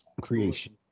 creation